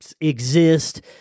exist